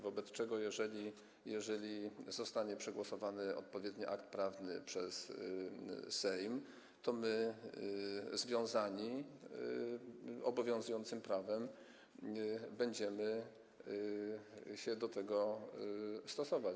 Wobec tego, jeżeli zostanie przegłosowany odpowiedni akt prawny przez Sejm, to my związani obowiązującym prawem będziemy się do tego stosować.